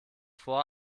vor